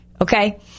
Okay